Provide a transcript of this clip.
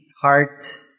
heart